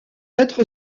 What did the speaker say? être